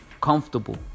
comfortable